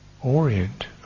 orient